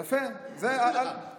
הינה, יפה, סבבה.